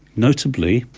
notably,